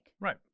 Right